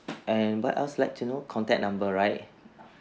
and what else you'd like to know contact number right